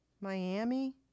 Miami